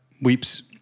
weeps